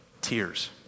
tears